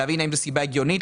להבין אם זו סיבה הגיונית.